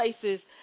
places